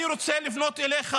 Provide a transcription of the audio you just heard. אני רוצה לפנות אליך,